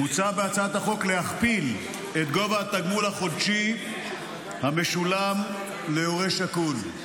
מוצע בהצעת החוק להכפיל את גובה התגמול החודשי המשולם להורה שכול.